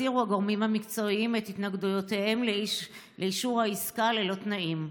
הסירו הגורמים המקצועיים את התנגדויותיהם לאישור העסקה ללא תנאים."